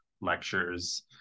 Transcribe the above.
lectures